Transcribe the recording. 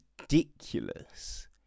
Ridiculous